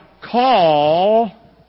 Call